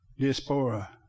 Diaspora